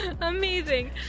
amazing